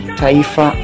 taifa